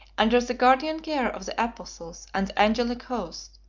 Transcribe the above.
under the guardian care of the apostles and the angelic host,